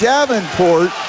Davenport